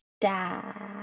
dad